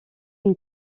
une